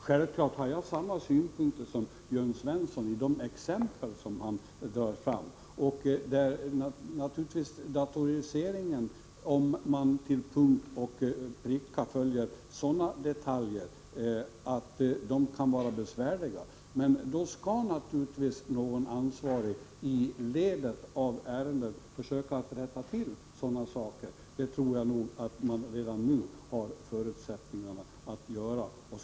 Självfallet har jag samma synpunkter som Jörn Svensson beträffande de exempel som han har tagit fram. I samband med datorisering kan det naturligtvis uppstå problem, men då skall givetvis någon ansvarig i ett led av ärendet försöka rätta till detta, och jag tror att man redan nu har förutsättningar att göra det.